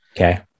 Okay